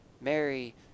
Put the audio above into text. Mary